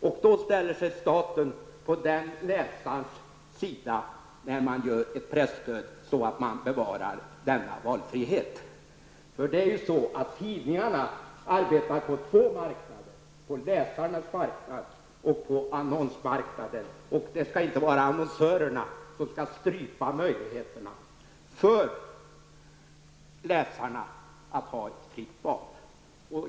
Staten ställer sig då på den läsarens sida, när man utformar presstödet så att denna valfrihet bevaras. Tidningarna arbetar på två marknader, på läsarnas marknad och på annonsmarknaden. Det skall inte vara annonsörerna som skall strypa möjligheterna för läsarna att ha ett fritt val.